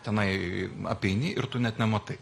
tenai apeini ir tu net nematai